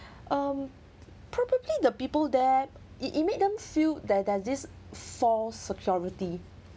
um probably the people there it it made them feel there there's this false security